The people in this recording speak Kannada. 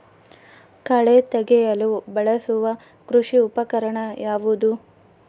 ಕಳೆ ತೆಗೆಯಲು ಬಳಸುವ ಕೃಷಿ ಉಪಕರಣ ಯಾವುದು?